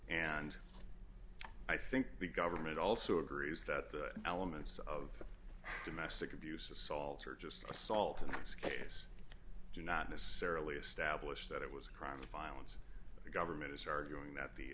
and i think the government also agrees that the elements of domestic abuse assault or just assault and ice case do not necessarily establish that it was a crime of violence the government is arguing that the